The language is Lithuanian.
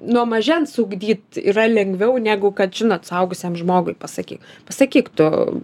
nuo mažens ugdyt yra lengviau negu kad žinot suaugusiam žmogui pasakyk pasakyk tu